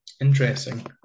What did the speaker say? Interesting